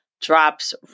drops